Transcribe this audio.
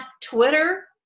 Twitter